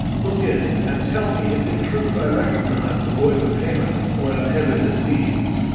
look in and tell me if in truth i recognize the voice of haemon or am heaven-deceived.